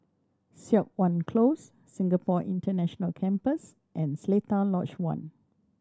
Siok Wan Close Singapore International Campus and Seletar Lodge One